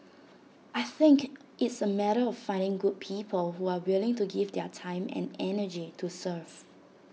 I think it's A matter of finding good people who are willing to give their time and energy to serve